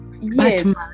Yes